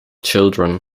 children